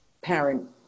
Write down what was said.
parent